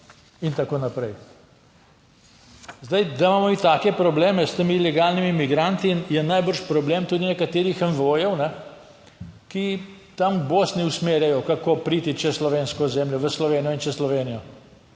in tako naprej. Zdaj, da imamo mi take probleme s temi ilegalnimi migranti, je najbrž problem tudi nekaterih nivojev, ki tam v Bosni usmerjajo kako priti čez slovensko ozemlje v Slovenijo in čez Slovenijo.